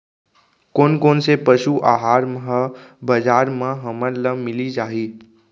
कोन कोन से पसु आहार ह बजार म हमन ल मिलिस जाही?